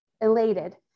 elated